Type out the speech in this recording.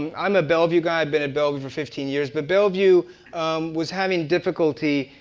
and i'm a bellevue guy. i've been at bellevue for fifteen years. but bellevue was having difficulty